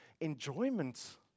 enjoyment